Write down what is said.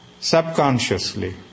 subconsciously